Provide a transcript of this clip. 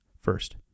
First